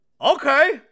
okay